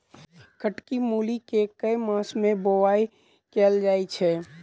कत्की मूली केँ के मास मे बोवाई कैल जाएँ छैय?